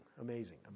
amazing